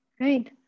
Great